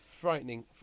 Frightening